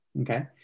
Okay